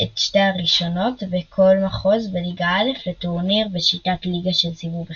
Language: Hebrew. את שתי הראשונות בכל מחוז בליגה א לטורניר בשיטת ליגה של סיבוב אחד,